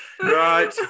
Right